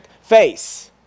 face